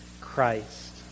Christ